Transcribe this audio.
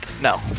no